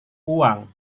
uang